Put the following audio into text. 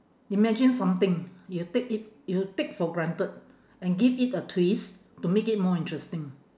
imagine something you take it you take for granted and give it a twist to make it more interesting